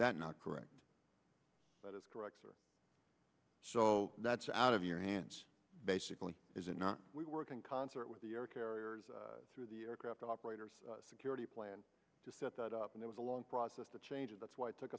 that not correct that is correct sir so that's out of your hands basically is it not we work in concert with the air carriers through the aircraft operators security plan to set that up and it was a long process that changes that's why it took